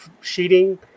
sheeting